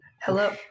Hello